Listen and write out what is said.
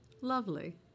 Lovely